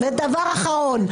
ודבר אחרון.